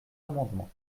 amendement